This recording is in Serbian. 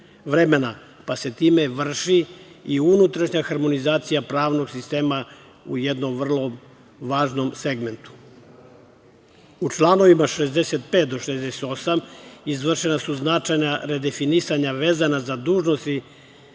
pa se time vrši i unutrašnja harmonizacija pravnog sistema u jednom vrlo važnom segmentu.U članovima 65. do 68. izvršena su značajna redefinisanja vezana za dužnosti